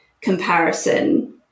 comparison